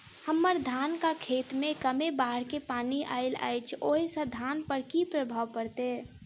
हम्मर धानक खेत मे कमे बाढ़ केँ पानि आइल अछि, ओय सँ धान पर की प्रभाव पड़तै?